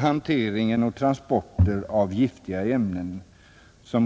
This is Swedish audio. Hantering och transporter av giftiga ämnen